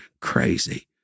crazy